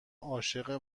عاشق